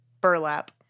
burlap